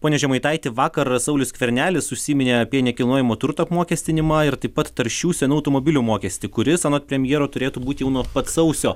pone žemaitaiti vakar saulius skvernelis užsiminė apie nekilnojamo turto apmokestinimą ir taip pat taršių senų automobilių mokestį kuris anot premjero turėtų būti jau nuo pat sausio